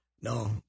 No